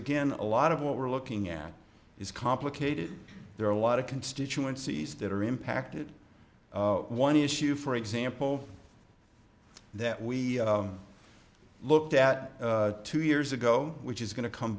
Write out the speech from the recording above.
again a lot of what we're looking at is complicated there are a lot of constituencies that are impacted one issue for example that we looked at two years ago which is going to come